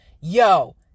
Yo